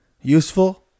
useful